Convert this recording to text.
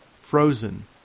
frozen